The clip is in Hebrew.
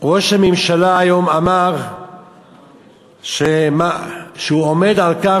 ראש הממשלה אמר היום שהוא עומד על כך